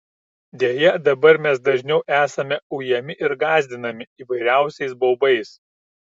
deja dabar mes dažniau esame ujami ir gąsdinami įvairiausiais baubais